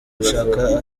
gushaka